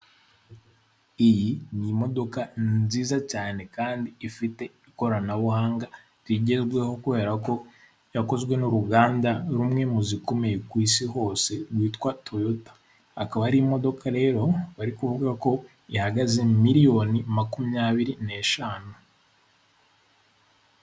Iyi ni imodoka ni nziza cyane kandi ifite ikoranabuhanga, rigerweho kubera ko yakozwe n'uruganda rumwe mu zikomeye ku isi hose rwitwa Toyota, akaba ari imodoka rero bari kuvuga ko ihagaze miliyoni makumyabiri n'eshanu.